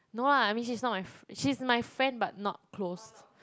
no lah I mean she's not my she's my friend but not close